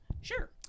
sure